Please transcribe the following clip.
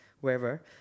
wherever